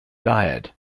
diet